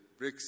BRICS